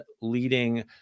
leading